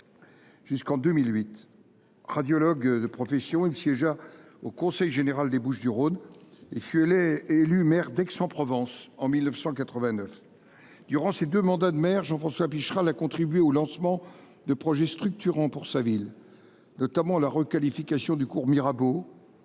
jusqu’en 2008. Médecin radiologue de profession, il siégea au conseil général des Bouches du Rhône et fut élu maire d’Aix en Provence en 1989. Durant ses deux mandats de maire, Jean François Picheral a contribué au lancement de projets structurants pour sa ville, comme la requalification du cours Mirabeau